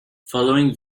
following